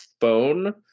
Phone